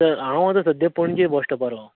sir हांव आतां सद्द्याक पणजे बस स्टोपार आसा